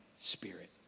spirit